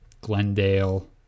Glendale